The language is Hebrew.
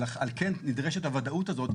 על כן נדרשת הוודאות הזאת.